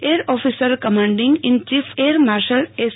air officer commanding in chief air marshal S